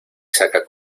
saca